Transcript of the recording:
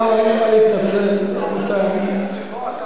לא צריך להתנצל, לא, אין לי מה להתנצל, רבותי.